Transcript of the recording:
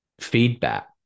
feedback